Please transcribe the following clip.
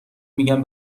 میگن